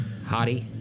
Hottie